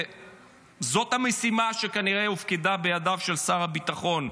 וזאת המשימה שכנראה הופקדה בידיו של שר הביטחון,